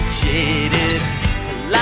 jaded